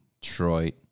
Detroit